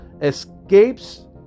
escapes